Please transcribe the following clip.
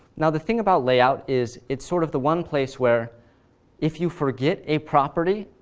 now, the thing about layout is, it's sort of the one place where if you forget a property,